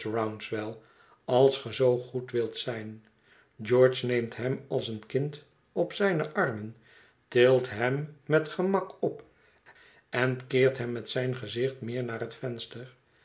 rouncewell als ge zoo goed wilt zijn george neemt hem als een kind op zijne armen tilt hem met gemak op en keert hem met zijn gezicht meer naar het venster